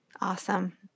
Awesome